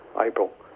April